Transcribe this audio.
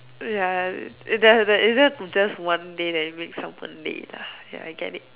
ya there there is there just one day that you made someone's day lah ya I get it